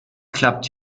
klappt